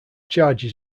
charges